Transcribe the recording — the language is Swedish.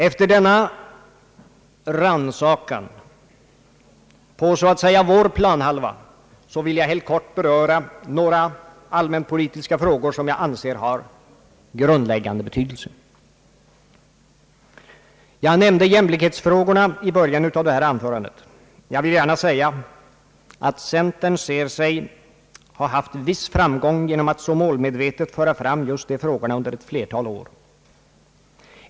Efter denna rannsakan på så att säga vår planhalva vill jag helt kort beröra några allmänpolitiska frågor som jag anser har grundläggande betydelse. Jag nämnde jämlikhetsfrågorna i början av det här anförandet. Jag vill gärna säga, att centern ser sig ha haft viss framgång genom att så målmedvetet föra fram just de frågorna under ett flertal år.